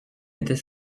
étaient